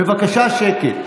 בבקשה שקט.